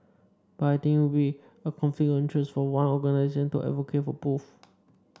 but I think it would be a conflict of interest for one organisation to advocate for both